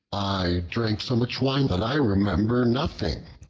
i drank so much wine that i remember nothing.